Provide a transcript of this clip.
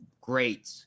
great